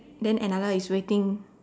then another is waiting